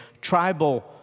tribal